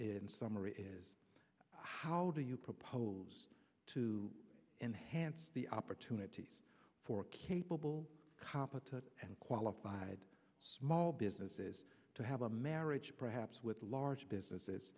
in summary how do you propose to enhance the opportunities for capable competent and qualified small businesses to have a marriage perhaps with large businesses